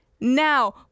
now